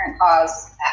cause